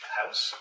house